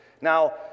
Now